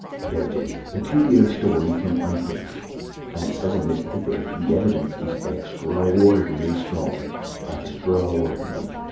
here it is pe-culiar story from iping and it says in this paper that the evidence is extra-ordinary strong extra-ordinary.